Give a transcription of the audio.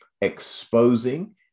exposing